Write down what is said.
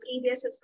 previous